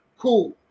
cool